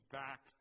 back